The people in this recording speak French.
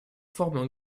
forment